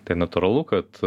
tai natūralu kad